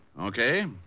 Okay